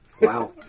Wow